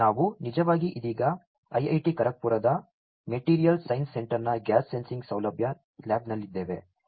ನಾವು ನಿಜವಾಗಿ ಇದೀಗ IIT ಖರಗ್ಪುರದ ಮೆಟೀರಿಯಲ್ ಸೈನ್ಸ್ ಸೆಂಟರ್ನ ಗ್ಯಾಸ್ ಸೆನ್ಸಿಂಗ್ ಸೌಲಭ್ಯ ಲ್ಯಾಬ್ನಲ್ಲಿದ್ದೇವೆ